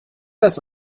das